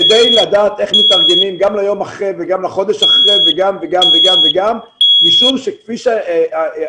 כדי לדעת איך מתארגנים גם ליום אחרי וגם לחודש אחרי משום שכפי שנאמר